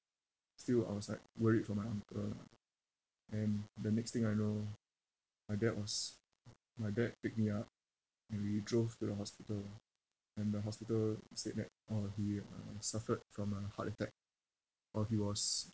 still I was like worried for my uncle lah and the next thing I know my dad was my dad picked me up and we drove to the hospital and the hospital said that orh he uh suffered from a heart attack while he was